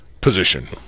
position